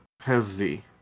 Heavy